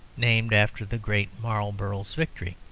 named after the great marlborough's victory,